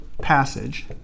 passage